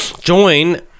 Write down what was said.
join